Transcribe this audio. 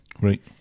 Right